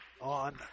on